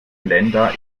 länder